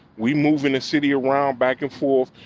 we moving the city around, back and forth,